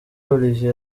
olivier